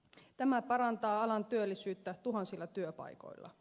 tämä parantaa alan työllisyyttä tuhansilla työpaikoilla